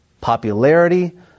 popularity